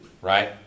right